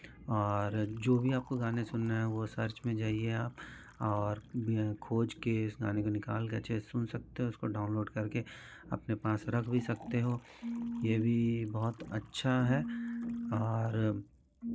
और जो भी आपको गाने सुनने हो वो सर्च में जाइए आप और भी खोज के उस गाने को निकालकर चाहे सुन सकते हैं उसको डाउनलोड करके अपने पास रख भी सकते हो बहुत अच्छा है और